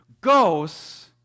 ghosts